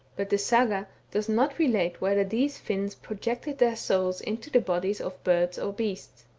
but the saga does not relate whether these finns projected their souls into the bodies of birds or beasts.